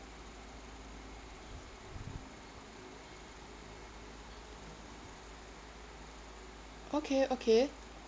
okay okay